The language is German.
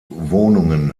wohnungen